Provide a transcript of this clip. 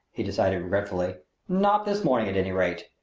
he decided regretfully not this morning, at any rate.